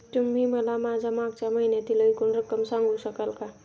तुम्ही मला माझ्या मागच्या महिन्यातील एकूण रक्कम सांगू शकाल का?